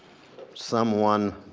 someone